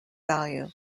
value